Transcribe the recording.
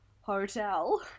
hotel